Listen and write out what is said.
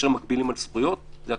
כשמדברים על זכויות זה הכנסת.